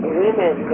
women